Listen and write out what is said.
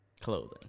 Clothing